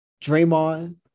Draymond